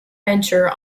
venture